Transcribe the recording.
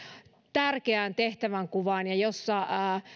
tärkeään tehtävänkuvaan ja jossa